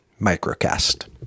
Microcast